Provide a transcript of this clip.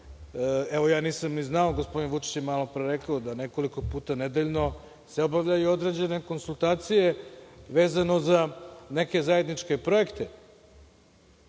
nisam ni znao, gospodin Vučić je malo pre rekao da nekoliko puta nedeljno se obavljaju određene konsultacije vezano za neke zajedničke projekte,